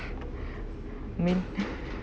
mm